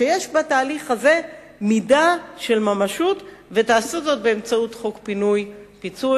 שיש בתהליך הזה מידה של ממשות ותעשו זאת באמצעות חוק פינוי-פיצוי,